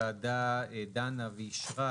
הוועדה דנה ואישרה